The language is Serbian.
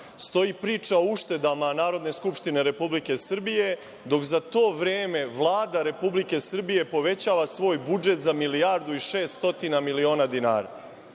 Stoji priča o uštedama Narodne skupštine Republike Srbije, dok za to vreme Vlada Republike Srbije povećava svoj budžet za milijardu i 600 miliona dinara. Dakle,